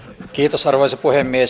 kiitos arvoisa puhemies